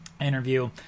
interview